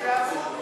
באיזה עמוד?